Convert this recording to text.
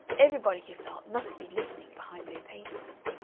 everybody, he felt, must be listening behind their papers.